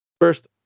First